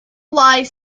lies